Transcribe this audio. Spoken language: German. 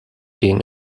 den